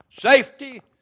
safety